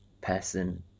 person